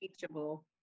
teachable